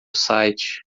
site